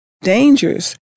dangers